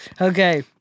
okay